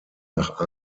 nach